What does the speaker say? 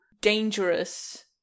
dangerous